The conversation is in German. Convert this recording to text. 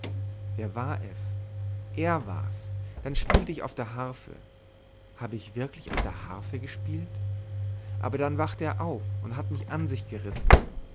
wer war es er war's dann spielte ich auf der harfe habe ich wirklich auf der harfe gespielt aber dann wachte er auf und hat mich an sich gerissen